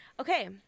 Okay